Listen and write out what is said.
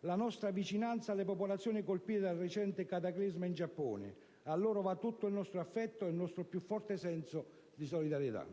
la nostra vicinanza alle popolazioni colpite dal recente cataclisma in Giappone. A loro va tutto il nostro affetto e il nostro più forte senso di solidarietà.